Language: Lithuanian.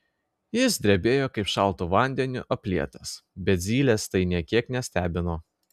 jis drebėjo kaip šaltu vandeniu aplietas bet zylės tai nė kiek nestebino